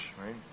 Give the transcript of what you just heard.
right